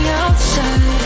outside